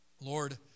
Lord